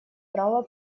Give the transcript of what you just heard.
право